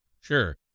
Sure